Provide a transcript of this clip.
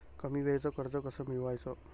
कमी वेळचं कर्ज कस मिळवाचं?